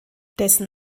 dessen